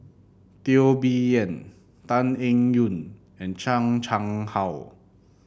Teo Bee Yen Tan Eng Yoon and Chan Chang How